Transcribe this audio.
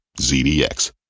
ZDX